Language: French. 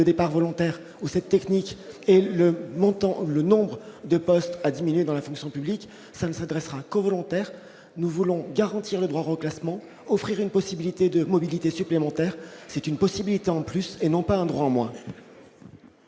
départs volontaires ou cette technique et le montant, le nombre de postes a diminué dans la fonction publique, ça ne s'adressera qu'aux volontaires, nous voulons garantir Édouard reclassements offrir une possibilité de mobilité supplémentaire, c'est une possibilité, en plus, et non pas un droit au moins.